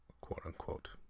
quote-unquote